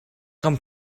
kan